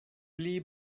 pli